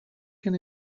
can